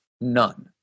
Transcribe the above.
none